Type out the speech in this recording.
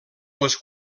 les